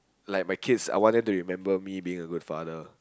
like my kids I want it to remember me being a good father